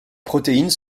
protéines